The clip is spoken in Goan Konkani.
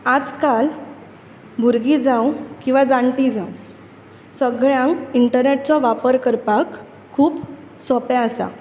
आज काल भुरगीं जांव किंवा जाणटी जांव सगळ्यांक इंटरनॅटचो वापर करपाक खूब सोपें आसा